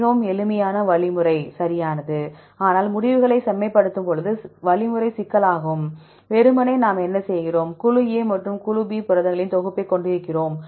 மிகவும் எளிமையான வழிமுறை சரியானது ஆனால் முடிவுகளைச் செம்மைப்படுத்தும்போது வழிமுறை சிக்கலாக்கலாம் வெறுமனே நாம் என்ன செய்கிறோம் குழு A மற்றும் குழு B புரதங்களின் தொகுப்பைக் கொண்டிருக்கிறோம்